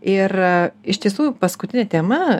ir iš tiesų paskutinė tema